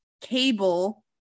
cable